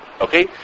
okay